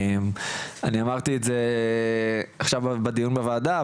אני אמרתי את זה עכשיו בדיון בוועדה,